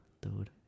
Dude